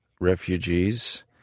refugees